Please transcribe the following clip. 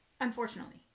unfortunately